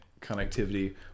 connectivity